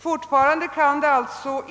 Fortfarande kan det alltså,